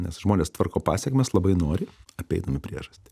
nes žmonės tvarko pasekmes labai nori apeidami priežastį